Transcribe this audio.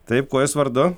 taip kuo jūs vardu